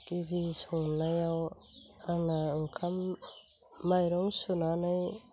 गिबि संनायाव आंना ओंखाम माइरं सुनानै